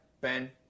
Ben